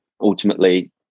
ultimately